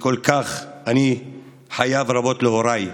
על כך אני חייב רבות להוריי,